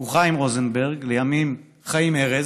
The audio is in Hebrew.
הוא חיים רוזנברג, לימים חיים ארז,